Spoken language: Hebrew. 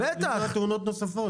למנוע תאונות נוספות.